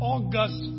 August